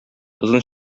озын